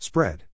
Spread